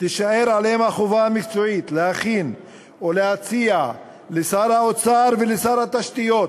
תישאר עליהן החובה המקצועית להכין ולהציע לשר האוצר ולשר התשתיות